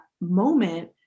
moment